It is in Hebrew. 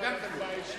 ההסתייגות לא נתקבלה.